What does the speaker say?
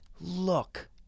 look